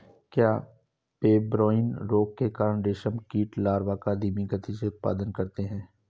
क्या पेब्राइन रोग के कारण रेशम कीट लार्वा का धीमी गति से उत्पादन करते हैं?